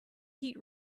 heat